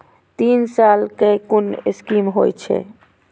तीन साल कै कुन स्कीम होय छै?